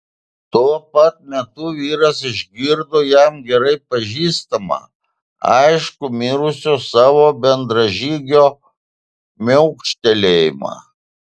tuo pat metu vyras išgirdo jam gerai pažįstamą aiškų mirusio savo bendražygio miauktelėjimą